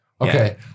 Okay